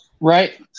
right